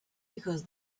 because